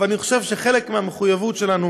אבל אני חושב שחלק מהמחויבות שלנו